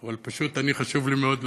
אבל פשוט חשוב לי מאוד שתקשיב.